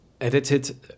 edited